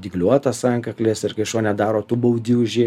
dygliuotas antkaklis ir kai šuo nedaro tu baudi už jį